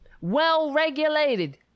Well-regulated